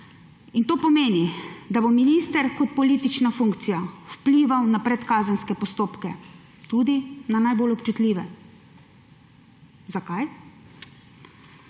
To pomeni, da bo minister kot politična funkcija vplival na predkazenske postopke. Tudi na najbolj občutljive. Zakaj?